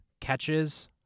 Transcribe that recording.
catches